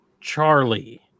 charlie